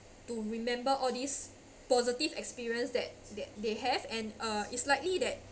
to remember all these positive experience that that they have and uh it's likely that